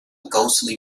ghostly